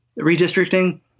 redistricting